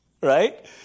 Right